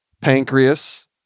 pancreas